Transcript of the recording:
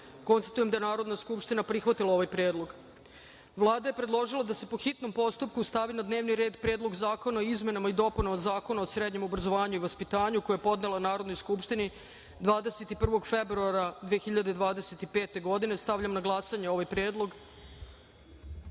53.Konstatujem da je Narodna skupština prihvatila ovaj predlog. Vlada je predložila da se, po hitnom postupku, stavi na dnevni red Predlog zakona o izmenama i dopunama Zakona o osnovama sistema obrazovanja i vaspitanja, koji je podnela Narodnoj skupštini 21. februara 2025. godine. Stavljam na glasanje ovaj